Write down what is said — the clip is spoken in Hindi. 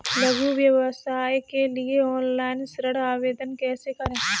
लघु व्यवसाय के लिए ऑनलाइन ऋण आवेदन कैसे करें?